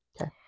Okay